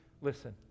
Listen